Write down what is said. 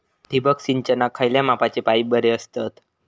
ठिबक सिंचनाक खयल्या मापाचे पाईप बरे असतत?